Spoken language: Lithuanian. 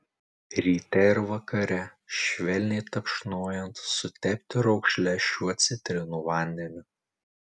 ryte ir vakare švelniai tapšnojant sutepti raukšles šiuo citrinų vandeniu